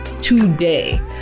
today